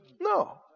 No